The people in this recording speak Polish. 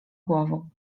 głową